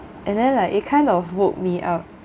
and then like it kind of woke me up